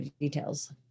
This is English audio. details